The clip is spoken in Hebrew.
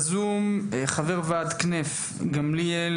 חבר ועדת Cnef, גמליאל